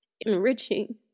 enriching